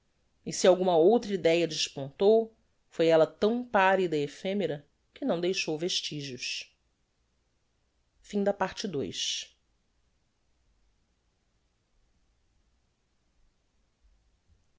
e si alguma outra idéa despontou foi ella tão pallida e ephemera que não deixou vestigios vii